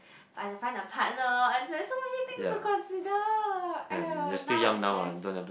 I have to find a partner and there's so many things to consider !aiyo! now is just